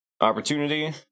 opportunity